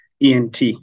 ENT